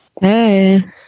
Hey